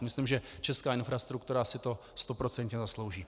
Myslím, že česká infrastruktura si to stoprocentně zaslouží.